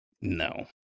No